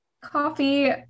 coffee